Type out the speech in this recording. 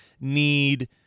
need